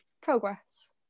progress